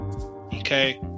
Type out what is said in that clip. Okay